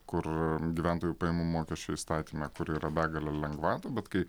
kur gyventojų pajamų mokesčio įstatyme kur yra begalė lengvatų bet kai